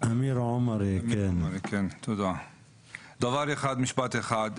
משפט אחד,